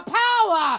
power